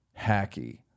hacky